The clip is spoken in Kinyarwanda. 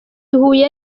huye